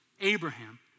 Abraham